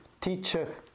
teacher